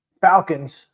Falcons